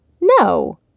No